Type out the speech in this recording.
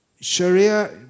Sharia